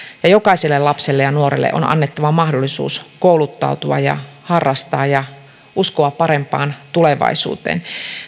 ja jokaiselle lapselle ja nuorelle on annettava mahdollisuus kouluttautua ja harrastaa ja uskoa parempaan tulevaisuuteen